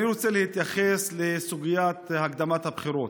אני רוצה להתייחס לסוגיית הקדמת הבחירות.